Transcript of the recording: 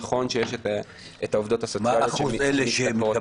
נכון שיש העובדות הסוציאליות -- מה --- פעמיים,